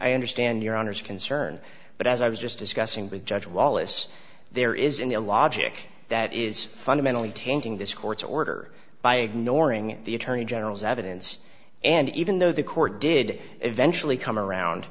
i understand your owner's concern but as i was just discussing with judge wallace there is in your logic that is fundamentally tainting this court's order by ignoring the attorney general's evidence and even though the court did eventually come around